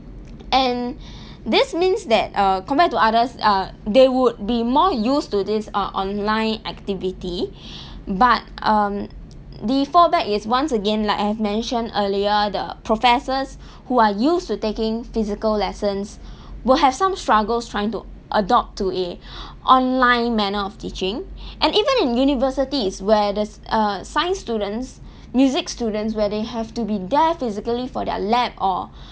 and this means that uh compared to others uh they would be more used to this uh online activity but um the fallback is once again like I've mentioned earlier the professors who are used to taking physical lessons will have some struggles trying to adopt to a online manner of teaching and even in universities where there's err science students music students where they have to be there physically for their lab or